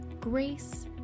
Grace